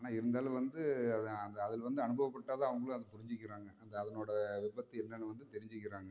ஆனால் இருந்தாலும் வந்து அதை அந்த அதில் வந்து அனுபவப்பட்டால் தான் அவங்களும் அதை புரிஞ்சிக்கிறாங்க அந்த அதனோட விபத்து என்னென்னு வந்து தெரிஞ்சிக்கிறாங்க